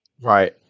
Right